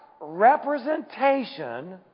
representation